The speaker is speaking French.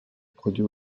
produit